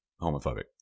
homophobic